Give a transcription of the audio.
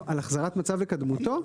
על החזרת מצב לקדמותו.